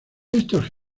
estos